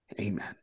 Amen